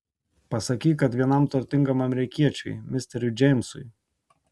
pasakyk kad vienam turtingam amerikiečiui misteriui džeimsui